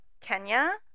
Kenya